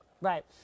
Right